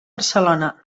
barcelona